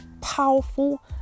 powerful